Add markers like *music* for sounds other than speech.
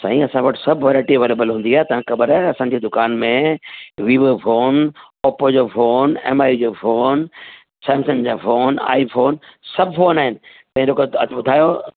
साईं असां वटि सभु वेराइटी अवेलेबल हूंदी आ तां ख़बर आहे असांजी दुकान में वीवो फोन ओपो जो फोन एमआई जो फोन सैमसंग जा फोन आई फोन सभु फोन आहिनि *unintelligible* ॿुधायो